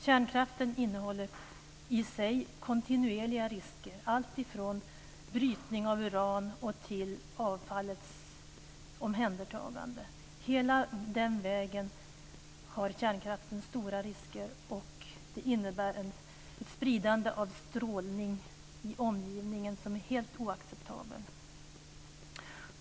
Kärnkraften innehåller i sig kontinuerliga risker, alltifrån brytning av uran till avfallets omhändertagande. Hela den vägen har kärnkraften stora risker, och det innebär ett spridande av strålning i omgivningen som är helt oacceptabelt.